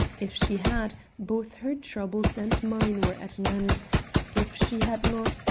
if she had, both her troubles and mine were at an end if she had not,